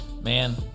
man